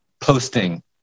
posting